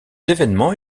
événements